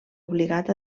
obligat